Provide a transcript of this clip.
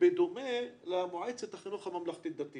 בדומה למועצת החינוך הממלכתי-דתי